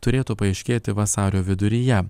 turėtų paaiškėti vasario viduryje